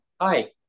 hi